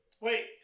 Wait